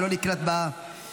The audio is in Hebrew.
וזה לא נקלט במסך.